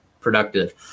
productive